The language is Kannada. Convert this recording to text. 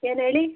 ಏನೇಳಿ